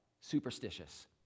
superstitious